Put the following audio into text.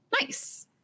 Nice